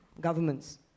governments